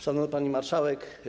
Szanowna Pani Marszałek!